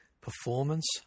performance